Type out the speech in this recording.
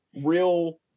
real